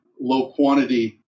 low-quantity